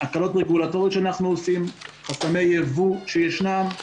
הקלות רגולטוריות שאנחנו עושים, חסמי יבוא שישנם,